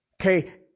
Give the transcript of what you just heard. Okay